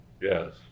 Yes